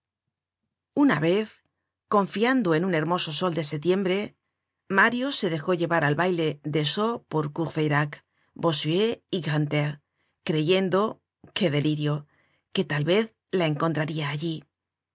una vez confiando en un hermoso sol de setiembre mario se dejó llevar al baile de sceaux por courfeyrac bossuet y grantaire creyendo qué delirio que tal vez la encontraria allí